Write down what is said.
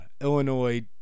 illinois